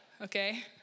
okay